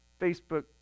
Facebook